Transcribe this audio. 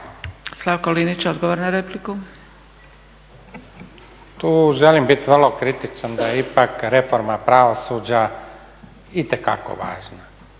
Slavko (Nezavisni)** Tu želim biti vrlo kritičan da je ipak reforma pravosuđa itekako važna